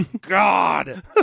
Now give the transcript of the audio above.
God